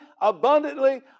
abundantly